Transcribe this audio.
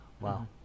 Wow